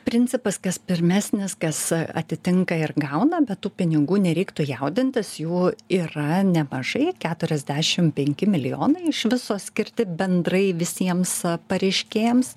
principas kas pirmesnis kas atitinka ir gauna bet tų pinigų nereiktų jaudintis jų yra nemažai keturiasdešim penki milijonai iš viso skirti bendrai visiems pareiškėjams